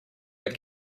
but